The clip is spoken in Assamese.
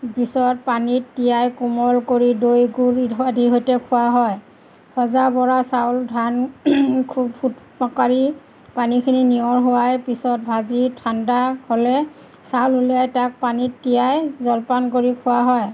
পিছত পানীত তিয়াই কোমল কৰি দৈ গুড় দি আদিৰ সৈতে খোৱা হয় ভজা বৰা চাউল ধান ফুটকাৰি পানীখিনি নিয়ৰ সৰাই পিছত ভাজি ঠাণ্ডা হ'লে চাউল ওলিয়াই তাক পানীত তিয়াই জলপান কৰি খোৱা হয়